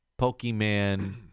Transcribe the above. Pokemon